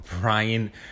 brian